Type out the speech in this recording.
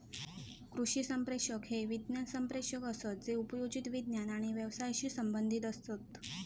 कृषी संप्रेषक हे विज्ञान संप्रेषक असत जे उपयोजित विज्ञान आणि व्यवसायाशी संबंधीत असत